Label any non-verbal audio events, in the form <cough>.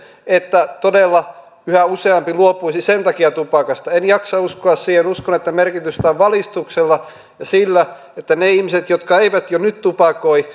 että todella yhä useampi luopuisi sen takia tupakasta en jaksa uskoa siihen uskon että merkitystä on valistuksella ja sillä että ne ihmiset jotka jo nyt eivät tupakoi <unintelligible>